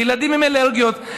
לילדים עם אלרגיות,